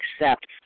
accept